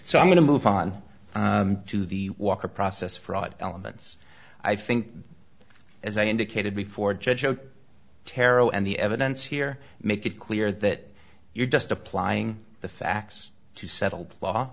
so i'm going to move on to the walker process fraud elements i think as i indicated before judge taro and the evidence here make it clear that you're just applying the facts to settled law